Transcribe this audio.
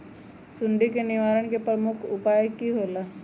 सुडी के निवारण के प्रमुख उपाय कि होइला?